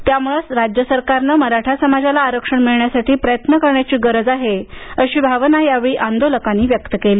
त्यामुळं राज्य सरकारनं मराठा समाजाला आरक्षण मिळण्यासाठी प्रयत्न करण्याची गरज आहे अशी भावना यावेळी आंदोलकांनी व्यक्त केली